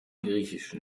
griechischen